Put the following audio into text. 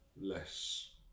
less